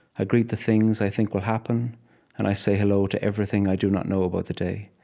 i greet the things i think will happen and i say hello to everything i do not know about the day.